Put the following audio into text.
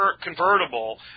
convertible